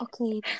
Okay